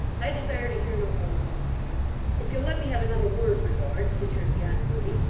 i desire to hear no more if you'll let me have another word, my lord returned john grueby,